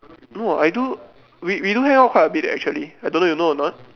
no I do we we do hang out quite a bit leh actually I don't know you know or not